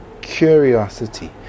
curiosity